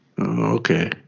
Okay